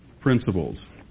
principles